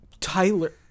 Tyler